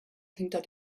hinter